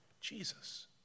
Jesus